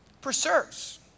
Preserves